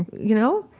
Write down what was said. you know?